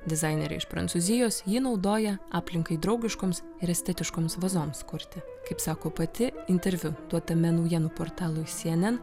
dizainerė iš prancūzijos jį naudoja aplinkai draugiškoms ir estetiškomis vazoms kurti kaip sako pati interviu duotame naujienų portalui cnn